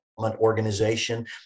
organization